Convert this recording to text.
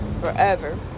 forever